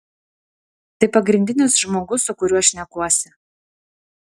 tai pagrindinis žmogus su kuriuo šnekuosi